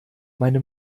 meine